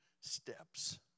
steps